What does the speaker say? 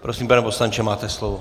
Prosím, pane poslanče, máte slovo.